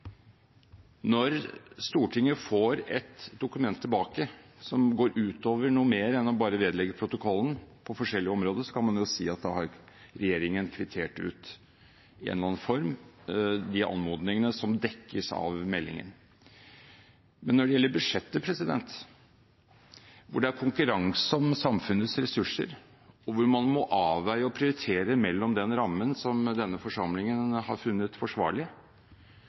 Når Stortinget får tilbake et dokument som går utover noe mer enn bare å vedlegges protokollen, på forskjellige områder, kan man si at da har regjeringen kvittert ut i en eller annen form de anmodningene som dekkes av meldingen. Men når det gjelder budsjettet, hvor det er konkurranse om samfunnets ressurser, og hvor man må avveie og prioritere innenfor den rammen som denne forsamlingen har funnet forsvarlig,